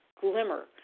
glimmer